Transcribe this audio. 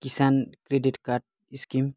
किसान credit card scheme